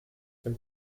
dem